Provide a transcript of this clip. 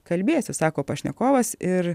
kalbėsiu sako pašnekovas ir